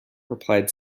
replied